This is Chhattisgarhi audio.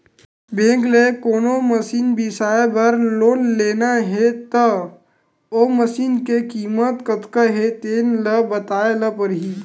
बेंक ले कोनो मसीन बिसाए बर लोन लेना हे त ओ मसीनी के कीमत कतका हे तेन ल बताए ल परही